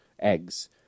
eggs